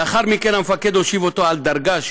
לאחר מכן המפקד הושיב אותו על דרגש